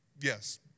Yes